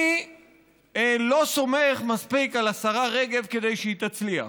אני לא סומך מספיק על השרה רגב כדי שהיא תצליח.